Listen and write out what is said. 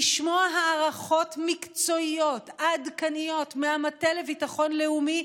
לשמוע הערכות מקצועיות ועדכניות מהמטה לביטחון לאומי,